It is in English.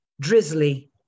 drizzly